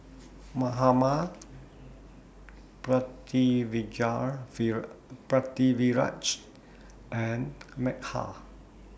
Mahatma Pritiviraj and Medha